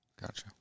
Gotcha